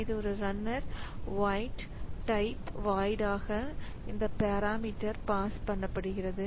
இது ஒரு runner void type void ஆக இந்த பேராமீட்டர் பாஸ் பண்ண படுகிறது